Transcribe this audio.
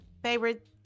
favorite